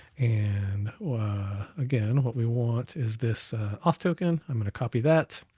and again, what we want is this auth token. i'm gonna copy that.